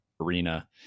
arena